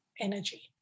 energy